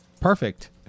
perfect